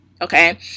okay